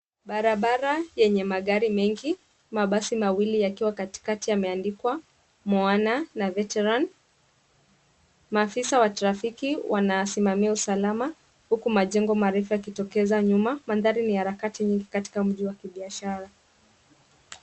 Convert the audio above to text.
Barabara yenye magari mengi. Mabasi mawili yakiwa katikati yameandikwa: Moana na Veteran. Mafisa wa trafiki wanasimamia usalama, huku majengo marefu yakitokeza nyuma. Mandhari ni ya harakati nyingi katika mji wa kibiashara.